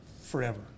forever